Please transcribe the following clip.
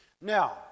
Now